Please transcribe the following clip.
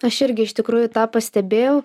aš irgi iš tikrųjų tą pastebėjau